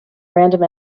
random